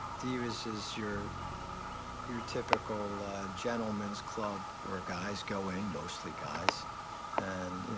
divas is your your typical gentlemen's club, where guys go in mostly guys and, you know,